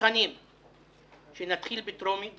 מוכנים שנתחיל בטרומית